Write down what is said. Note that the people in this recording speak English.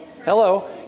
hello